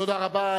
תודה רבה.